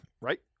Right